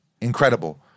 incredible